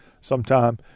sometime